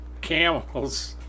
camels